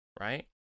right